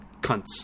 Cunts